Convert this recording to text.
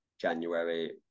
January